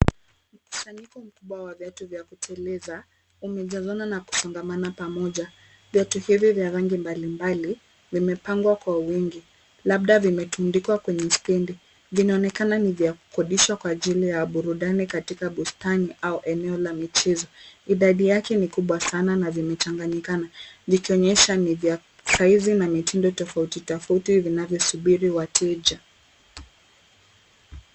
Mkusanyiko mkubwa wa viatu vya kuteleza umejazana na kusongamana pamoja. Viatu hivyo vya rangi mbalimbali vimepangwa kwa wingi. Labda vimetundikwa kwenye stendi. Vinaonekana ni vya kukodishwa kwa ajili ya burudani katika bustani au eneo la michezo. Idadi yake ni kubwa sana na vimechanganyikana vikionyesha ni vya saizi na mitindo tofauti tofauti vinavyosubiri wateja.